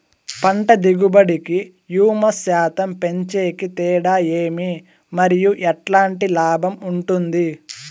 పంట దిగుబడి కి, హ్యూమస్ శాతం పెంచేకి తేడా ఏమి? మరియు ఎట్లాంటి లాభం ఉంటుంది?